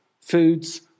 foods